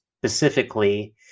specifically